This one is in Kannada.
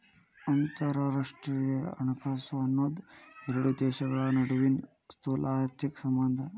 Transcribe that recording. ಅಂತರರಾಷ್ಟ್ರೇಯ ಹಣಕಾಸು ಅನ್ನೋದ್ ಎರಡು ದೇಶಗಳ ನಡುವಿನ್ ಸ್ಥೂಲಆರ್ಥಿಕ ಸಂಬಂಧ